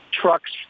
trucks